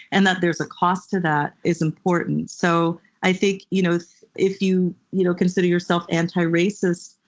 and that there's a cost to that, is important. so i think you know if you you know consider yourself anti-racist,